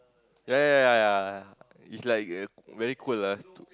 ya ya ya ya it's like a very cold ah